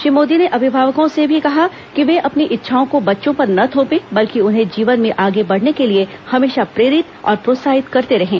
श्री मोदी ने अभिभावकों से भी कहा कि वे अपनी इच्छाओं को बच्चों पर न थोपें बल्कि उन्हें जीवन में आगे बढ़ने के लिए हमेशा प्रेरित और प्रोत्साहित करते रहें